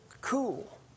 cool